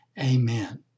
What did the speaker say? Amen